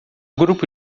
grupo